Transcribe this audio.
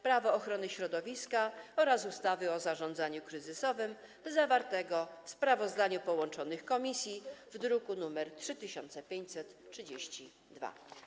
Prawo ochrony środowiska oraz ustawy o zarządzaniu kryzysowym zawartego w sprawozdaniu połączonych komisji, druk nr 3532.